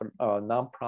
nonprofit